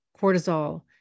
cortisol